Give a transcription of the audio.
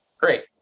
Great